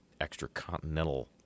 extracontinental